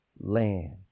land